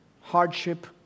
hardship